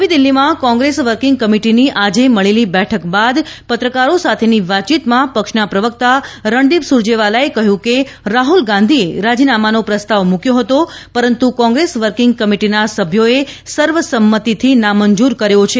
નવી દિલ્હીમાં Congress working કમિટીની આજે મળેલી બેઠક બાદ પત્રકારો સાથેની વાતચીતમાં પક્ષના પ્રવકતા રણદીપ સૂરજેવાલાએ કહ્યું છે કે રાહુલ ગાંધીએ રાજીનામાનો પ્રસ્તાવ મૂક્યો હતો પરંતુ કોંપ્રેસ વર્કીંગ કમિટિના સભ્યોએ સર્વસંમતિથી નામંજૂર કર્યો છે